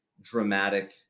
dramatic